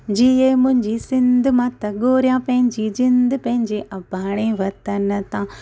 जीअ मुंहिंजी सिंध मां त घोरियां पंहिंजी जिंदह पंहिंजे अॿाणे वतन त